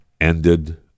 ended